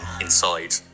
inside